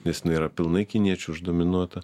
nes jinai yra pilnai kiniečių uždominuota